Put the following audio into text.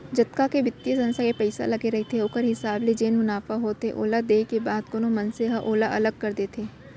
जतका के बित्तीय संस्था के पइसा लगे रहिथे ओखर हिसाब ले जेन मुनाफा होथे ओला देय के बाद कोनो मनसे ह ओला अलग कर देथे